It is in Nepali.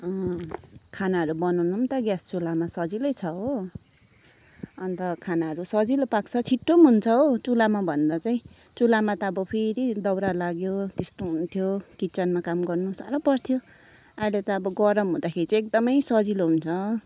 अँ खानाहरू बनाउनु नि त ग्यास चुलामा सजिलै छ हो अन्त खानाहरू सजिलो पाक्छ छिट्टो नि हुन्छ हौ चुलामा भन्दा चाहिँ चुलामा त अब फेरि दाउरा लाग्यो त्यस्तो हुन्थ्यो किचनमा काम गर्नु साह्रो पर्थ्यो अहिले त अब गरम हुँदाखेरि चाहिँ एकदमै सजिलो हुन्छ